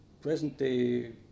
present-day